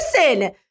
listen